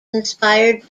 inspired